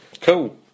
cool